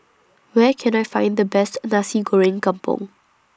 Where Can I Find The Best Nasi Goreng Kampung